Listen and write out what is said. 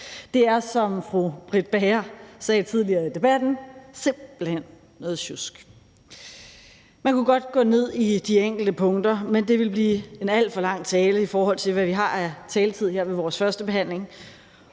Det er, som fru Britt Bager sagde tidligere i debatten, simpelt hen noget sjusk. Man kunne godt gå ned i de enkelte punkter, men det vil blive en alt for lang tale, i forhold til hvad vi har af taletid her ved vores første behandling,